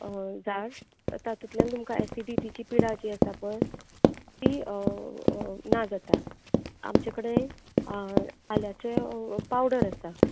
झाड ता तातुंतल्यान तुमकां एसिडिटीची पिडा जी आसा पळय ती ना जाता आमच्या कडेन आल्याचे पावडर आसा